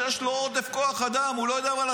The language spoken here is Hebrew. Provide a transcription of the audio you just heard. השר המקשר בין הממשלה לכנסת דוד אמסלם: דרך אגב,